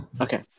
Okay